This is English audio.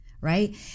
Right